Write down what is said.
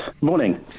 Morning